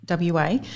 WA